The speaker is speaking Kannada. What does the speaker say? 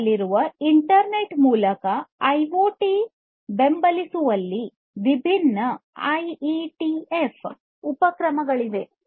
ಅಸ್ತಿತ್ವದಲ್ಲಿರುವ ಇಂಟರ್ನೆಟ್ ಮೂಲಕ ಐಒಟಿ ಯನ್ನು ಬೆಂಬಲಿಸುವಲ್ಲಿ ವಿಭಿನ್ನ ಐಇಟಿಎಫ್ ಉಪಕ್ರಮಗಳಿವೆ